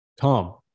Tom